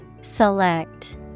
Select